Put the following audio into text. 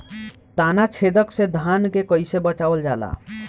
ताना छेदक से धान के कइसे बचावल जाला?